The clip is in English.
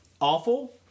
awful